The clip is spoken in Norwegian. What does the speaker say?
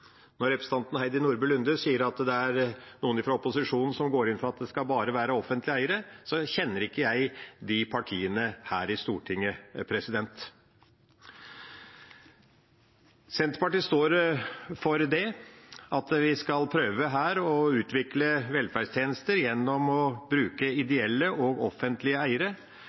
Når representanten Heidi Nordby Lunde sier at det er noen fra opposisjonen som går inn for at det bare skal være offentlige eiere, så kjenner ikke jeg de partiene her i Stortinget. Senterpartiet står for at vi skal prøve å utvikle velferdstjenester gjennom å bruke ideelle og offentlige eiere.